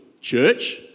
church